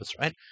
right